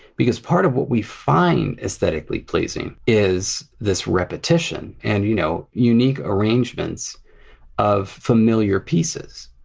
because part of what we find aesthetically pleasing is this repetition and you know unique arrangements of familiar pieces,